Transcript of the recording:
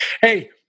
Hey